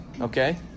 Okay